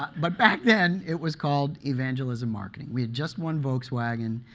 but back then it was called evangelism marketing. we had just won volkswagen.